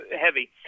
heavy